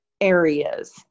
areas